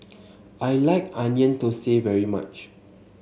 I like Onion Thosai very much